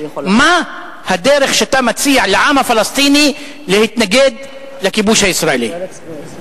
מה הדרך שאתה מציע לעם הפלסטיני להתנגד לכיבוש הישראלי?